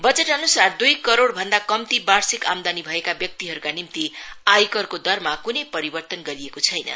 बजटअनुसार दुई करोइभन्दा कम्ती वार्षिक आमदानी भएका व्यक्तिहरूको निम्ति आयकारको दरमा कुनै परिवर्तन गरिएको छैन